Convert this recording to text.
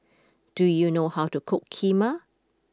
do you know how to cook Kheema